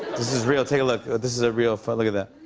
this is real. take a look. this is a real photo. look at that.